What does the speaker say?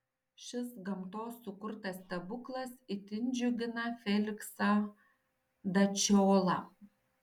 šis gamtos sukurtas stebuklas itin džiugina feliksą dačiolą